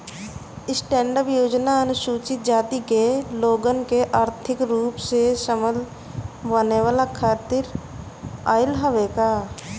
stand up योजना अनुसूचित जाति के लोगन के आर्थिक रूप से संबल बनावे खातिर आईल हवे